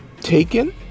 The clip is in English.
taken